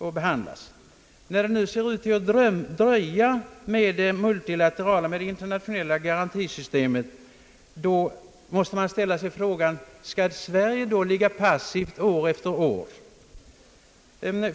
När det nu ser ut att dröja med det internationella garantisystemet måste man fråga: Skall Sverige då förhålla sig passivt år efter år?